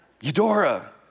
Eudora